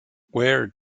were